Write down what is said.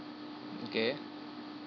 mm okay